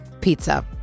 pizza